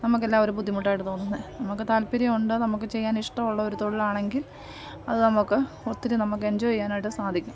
നമുക്ക് എല്ലാം ഒരു ബുദ്ധിമുട്ടായിട്ട് തോന്നുന്നത് നമുക്ക് താൽപ്പര്യമുണ്ട് നമുക്ക് ചെയ്യാൻ ഇഷ്ടമുള്ള ഒരു തൊഴിലാണെങ്കിൽ അത് നമുക്ക് ഒത്തിരി നമുക്ക് എഞ്ചോയ് ചെയ്യാനായിട്ട് സാധിക്കും